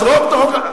לעזאזל.